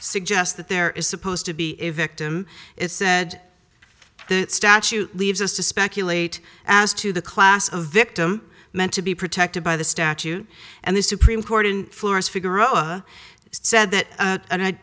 suggests that there is supposed to be a victim it said the statute leaves us to speculate as to the class of victim meant to be protected by the statute and the supreme court in florence figaro said that